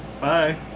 Bye